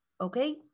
okay